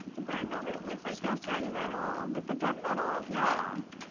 the brown velvet with like gunmetal. with the gunmetal, yeah.